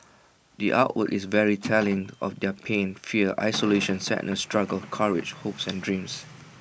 the art work is very telling of their pain fear isolation sadness struggles courage hopes and dreams